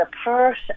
apart